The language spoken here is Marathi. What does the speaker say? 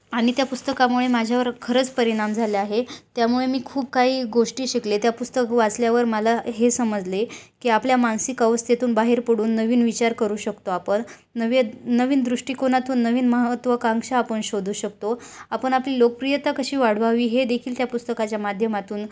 आणि त्या पुस्तकामुळे माझ्यावर खरंच परिणाम झाला आहे त्यामुळे मी खूप काही गोष्टी शिकले त्या पुस्तक वाचल्यावर मला हे समजले की आपल्या मानसिक अवस्थेतून बाहेर पडून नवीन विचार करू शकतो आपण नवी नवीन दृष्टिकोनातून नवीन महत्त्वाकांक्षा आपण शोधू शकतो आपण आपली लोकप्रियता कशी वाढवावी हे देखील त्या पुस्तकाच्या माध्यमातून